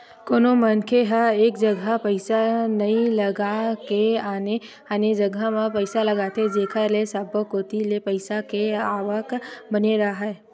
कोनो मनखे ह एक जघा पइसा नइ लगा के आने आने जघा म पइसा लगाथे जेखर ले सब्बो कोती ले पइसा के आवक बने राहय